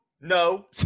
no